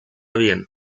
bien